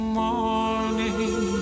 morning